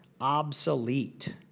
obsolete